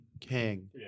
King